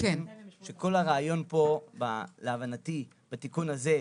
שכל הרעיון פה להבנתי בתיקון הזה,